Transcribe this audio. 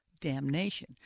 damnation